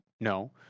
No